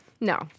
No